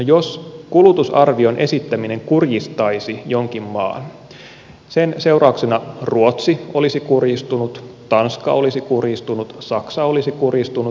jos kulutusarvion esittäminen kurjistaisi jonkin maan sen seurauksena ruotsi olisi kurjistunut tanska olisi kurjistunut saksa olisi kurjistunut